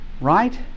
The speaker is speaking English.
right